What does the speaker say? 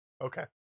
Okay